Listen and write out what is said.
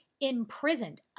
Imprisoned